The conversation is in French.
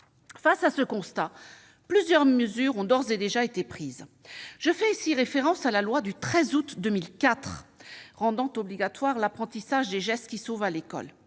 Face à ce constat, plusieurs mesures ont d'ores et déjà été prises. Je fais ici référence à la loi du 13 août 2004 rendant obligatoire l'apprentissage des gestes qui sauvent à l'école.